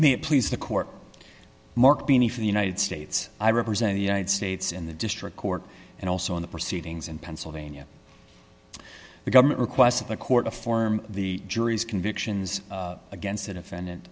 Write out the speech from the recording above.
it please the court mark beneath the united states i represent the united states in the district court and also in the proceedings in pennsylvania the government requests of the court to form the jury's convictions against a defendant